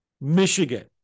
Michigan